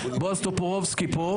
בועז טופורובסקי פה,